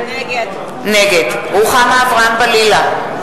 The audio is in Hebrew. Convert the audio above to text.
נגד רוחמה אברהם-בלילא,